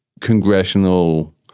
congressional